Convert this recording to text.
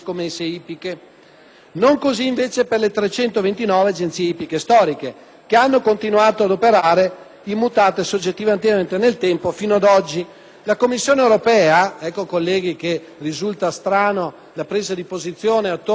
non così, invece, per le 329 agenzie ippiche storiche, che hanno continuato ad operare, immutate soggettivamente nel tempo, fino ad oggi. La Commissione europea - ecco, colleghi, che risulta strana la presa di posizione attorno alla straordinarietà